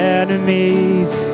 enemies